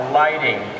lighting